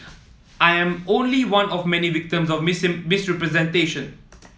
I am only one of many victims of misrepresentation